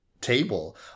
table